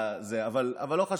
אבל לא חשוב.